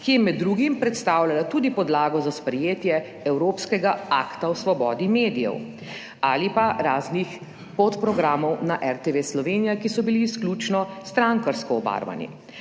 ki je med drugim predstavljala tudi podlago za sprejetje evropskega akta o svobodi medijev, ali pa raznih podprogramov na RTV Slovenija, ki so bili izključno strankarsko obarvani.